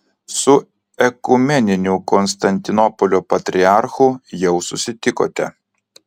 su ekumeniniu konstantinopolio patriarchu jau susitikote